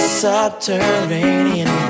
subterranean